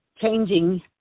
changing